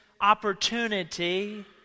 opportunity